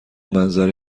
منظره